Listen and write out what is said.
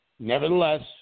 Nevertheless